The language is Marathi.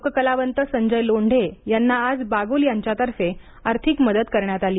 लोककलावंत संजय लोंढे यांना आज बागुल यांच्यातर्फे आर्थिक मदत करण्यात आली